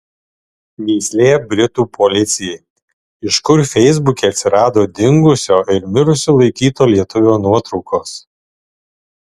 mįslė britų policijai iš kur feisbuke atsirado dingusio ir mirusiu laikyto lietuvio nuotraukos